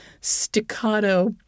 staccato